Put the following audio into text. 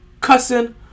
cussing